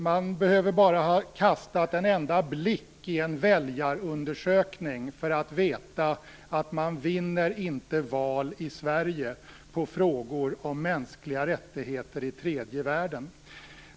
Man behöver bara ha kastat en enda blick i en väljarundersökning för att veta att man vinner inte val i Sverige på frågor om mänskliga rättigheter i tredje världen.